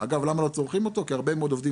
לא צורכים אותו כי יש הרבה מאוד עובדים